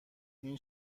این